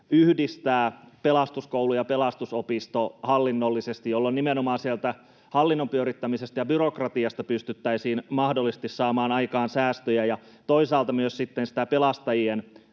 yhdistää Pelastuskoulu ja Pelastusopisto hallinnollisesti, jolloin nimenomaan sieltä hallinnon pyörittämisestä ja byrokratiasta pystyttäisiin mahdollisesti saamaan aikaan säästöjä ja toisaalta myös sitä pelastajien